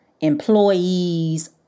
employees